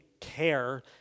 care